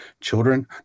children